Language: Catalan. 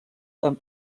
amb